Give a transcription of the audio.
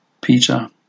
Peter